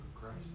Christ